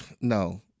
no